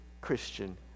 Christian